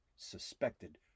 suspected